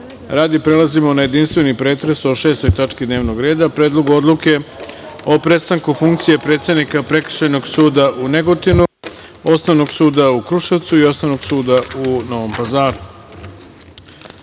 radom. Prelazimo na jedinstveni pretres o 6. tački dnevnog reda – Predlog odluke o prestanku funkcije predsednika Prekršajnog suda u Negotinu, Osnovnog suda u Kruševcu i Osnovnog suda u Novom Pazaru. Molim